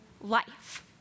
life